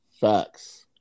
Facts